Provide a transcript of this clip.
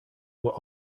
were